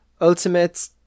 Ultimate